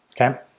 okay